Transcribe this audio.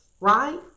right